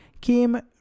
Kim